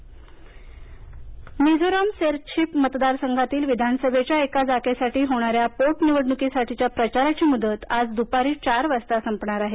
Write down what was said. मिझोराम मिझोराम सेरछिप मतदार संघातील एका जागेसाठी होणाऱ्या पोटनिवडणूकीसाठीच्या प्रचाराची मुदत आज दूपारी चार वाजता संपणार आहे